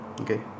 okay